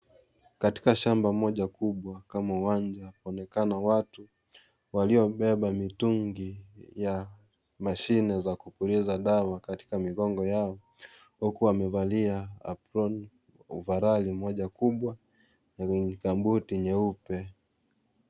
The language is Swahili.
Katika shamba moja kubwa kama uwanja wanaonekana watu waliobeba mitungi ya mashine za kupuliza dawa katika migongo yao huku wamevalia ovaroli moja kubwa na gambuti nyeupe.